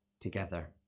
together